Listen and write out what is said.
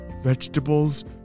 vegetables